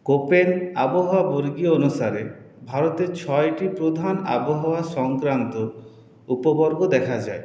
কোপের আবহাওয়া বর্গীয় অনুসারে ভারতের ছয়টি প্রধান আবহাওয়ার সংক্রান্ত উপবর্গ দেখা যায়